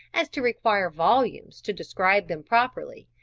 as to require volumes to describe them properly,